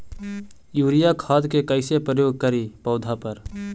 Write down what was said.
Urea खाद के कैसे प्रयोग करि पौधा पर?